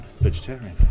vegetarian